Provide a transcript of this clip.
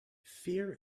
fear